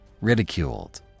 Ridiculed